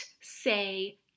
Say